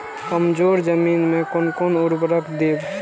कमजोर जमीन में कोन कोन उर्वरक देब?